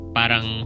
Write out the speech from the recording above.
parang